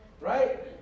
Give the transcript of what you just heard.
Right